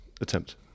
attempt